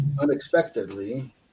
unexpectedly